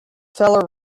feller